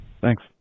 Thanks